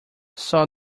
saw